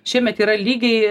šiemet yra lygiai